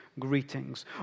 greetings